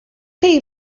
chi